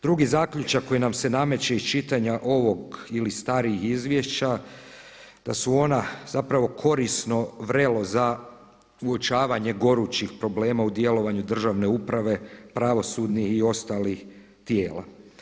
Drugi zaključak koji nam se nameće iz čitanja ovog ili starijih izvješća da su ona zapravo korisno vrelo za uočavanje gorućih problema u djelovanju državne uprave, pravosudnih i ostalih tijela.